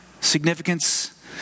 significance